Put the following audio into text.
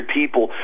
people